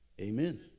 amen